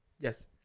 yes